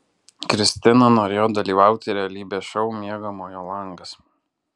kristina norėjo dalyvauti realybės šou miegamojo langas